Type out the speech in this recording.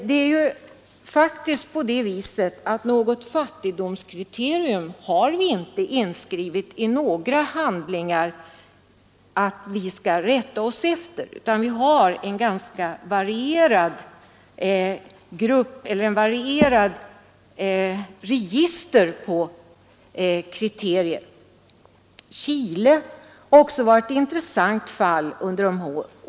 Det finns faktiskt inte i några handlingar inskrivet att vi skall rätta oss efter något fattigdomskriterium. Vi har ett ganska varierat register på kriterier. Chile har också varit ett intressant fall under åren.